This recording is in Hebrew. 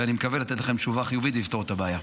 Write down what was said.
ואני מקווה לתת לכם תשובה חיובית ולפתור את הבעיה.